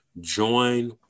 join